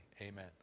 Amen